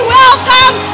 welcome